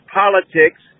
politics